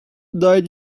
died